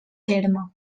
terme